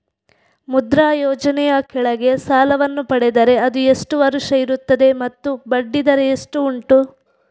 ಮುದ್ರಾ ಯೋಜನೆ ಯ ಕೆಳಗೆ ಸಾಲ ವನ್ನು ಪಡೆದರೆ ಅದು ಎಷ್ಟು ವರುಷ ಇರುತ್ತದೆ ಮತ್ತು ಬಡ್ಡಿ ದರ ಎಷ್ಟು ಉಂಟು?